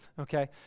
okay